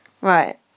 Right